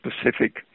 specific